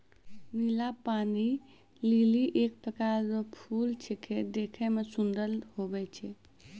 नीला पानी लीली एक प्रकार रो फूल छेकै देखै मे सुन्दर हुवै छै